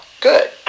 good